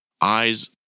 Eyes